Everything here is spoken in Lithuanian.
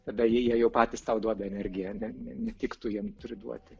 tada jie jau patys tau duoda energiją ne ne ne tik tu jiem turi duoti